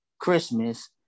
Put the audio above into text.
Christmas